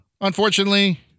unfortunately